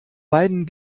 beiden